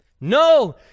No